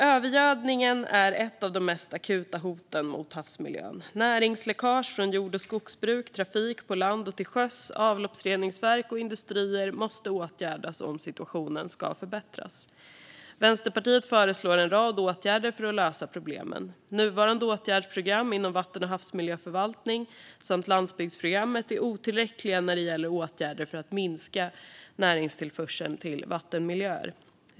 Övergödningen är ett av de mest akuta hoten mot havsmiljön. Näringsläckage från jord och skogsbruk, trafik på land och till sjöss, avloppsreningsverk och industrier måste åtgärdas om situationen ska förbättras. Vänsterpartiet föreslår en rad åtgärder för att lösa problemen. Nuvarande åtgärdsprogram inom vatten och havsmiljöförvaltning samt landsbygdsprogrammet är otillräckliga när det gäller åtgärder för att minska näringstillförseln till vattenmiljöer.